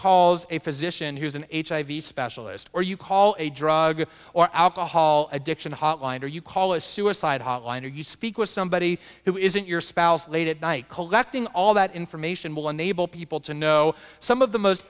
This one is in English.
calls a physician who's an hiv specialist or you call a drug or alcohol addiction hotline or you call a suicide hotline or you speak with somebody who is in your spouse late at night collecting all that information will enable people to know some of the most